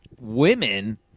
women